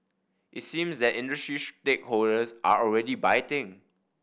it seems that industry stakeholders are already biting